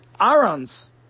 Aaron's